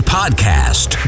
podcast